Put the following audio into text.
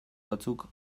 batzuk